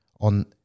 on